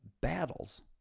battles